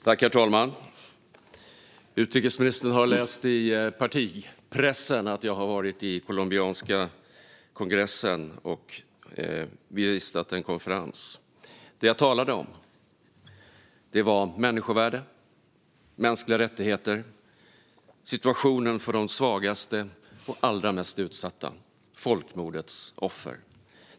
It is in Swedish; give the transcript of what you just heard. Herr talman! Utrikesministern har läst i partipressen att jag har varit i den colombianska kongressen och bevistat en konferens. Det jag talade om var människovärde, mänskliga rättigheter, situationen för de svagaste och allra mest utsatta och folkmordets offer.